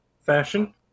fashion